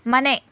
ಮನೆ